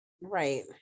Right